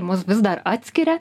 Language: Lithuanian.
mus vis dar atskiria